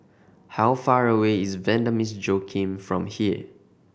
how far away is Vanda Miss Joaquim from here